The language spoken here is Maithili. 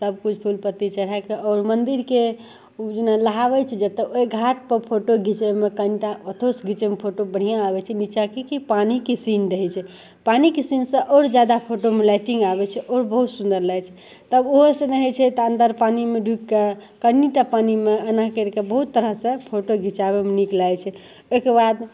सबकिछु फूलपत्ती चढ़ैके आओर मन्दिरके नहाबै छै जतए ओहि घाटपर फोटो घिचैमे कनिटा ओतहुसे घिचैमे फोटो बढ़िआँ आबै छै निच्चाँ कि कि पानिके सीन रहै छै पानिके सीनसे आओर जादा फोटोमे लाइटिन्ग आबै छै ओ बहुत सुन्दर लागै छै तब ओहोसे नहि होइ छै तब अन्दर पानिमे ढुकिके कनिटा पानिमे एना करिके बहुत तरहसे फोटो घिचाबैमे नीक लागै छै ओहिके बाद